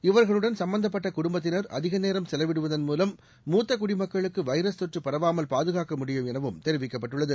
இவர்களுடன் சும்பந்தப்பட்ட குடும்பத்தினர் அதிக நேரம் செலவிடுவதள் மூலம் மூத்த குடிமக்களுக்கு வைரஸ் தொற்று பரவாமல் பாதுகாக்க முடியும் எனவும் தெரிவிக்கப்பட்டுள்ளது